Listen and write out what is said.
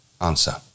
Answer